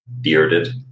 bearded